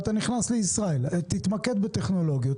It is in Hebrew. תתמקד בטכנולוגיות.